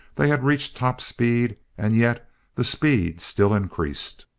they had reached top speed, and yet the speed still increased.